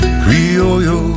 criollo